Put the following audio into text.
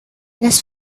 las